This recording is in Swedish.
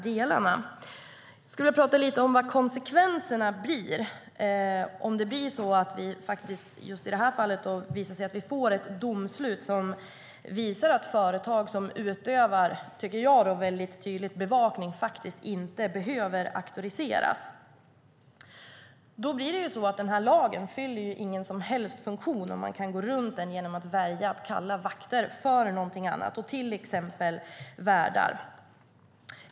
Jag skulle vilja tala lite om vad konsekvenserna blir om vi i det här fallet skulle få ett domslut som visar att företag som utövar vad jag uppfattar som bevakning inte behöver auktoriseras. Då fyller lagen ingen funktion. Man kan ju då gå runt den genom att kalla vakter för något annat, till exempel värdar.